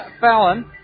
Fallon